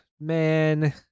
Man